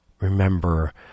remember